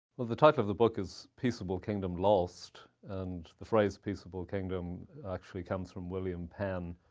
well, the title of the book is peaceable kingdom lost. and the phrase peaceable kingdom actually comes from william penn,